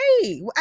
Hey